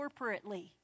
corporately